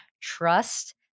trust